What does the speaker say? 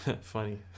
funny